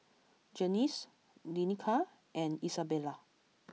Janice Danica and Isabela